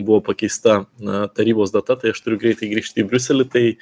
buvo pakeista na tarybos data tai aš turiu greitai grįžt į briuselį tai